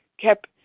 kept